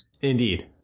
Indeed